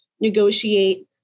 negotiate